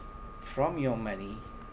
from your money